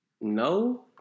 No